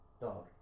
dog